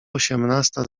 osiemnasta